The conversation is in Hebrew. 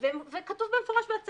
צריכים לקבל תמיכות ישירות,